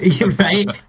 Right